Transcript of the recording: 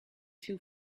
two